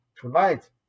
tonight